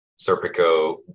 serpico